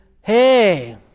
Hey